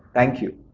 thank you.